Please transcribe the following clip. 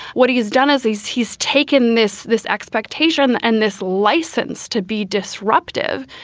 what he has done is he's he's taken this this expectation and this license to be disruptive.